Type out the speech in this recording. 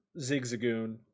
Zigzagoon